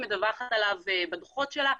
היא מדווחת עליו בדוחות שלה.